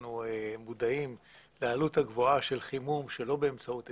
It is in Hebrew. אנחנו מודעים לעלות הגבוהה של חימום שלא באמצעות עצים,